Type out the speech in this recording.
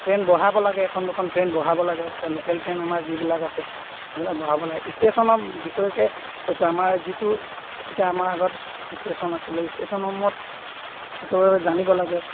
train বঢ়াব লাগে এখন দুখন ট্ৰেইন বঢ়াব লাগে এতিয়া লোকেল ট্ৰেইন আমাৰ যিবিলাক আছে সেইবিলাক বঢ়াব লাগে ষ্টেচনৰ বিষয়কে কৈছোঁ আমাৰ যিটো এতিয়া আমাৰ আগত ষ্টেচন আছিলে ষ্টেচনসমূহত বিশেষভাৱে জানিব লাগে